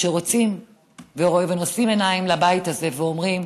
שרוצים ונושאים עיניים לבית הזה ואומרים: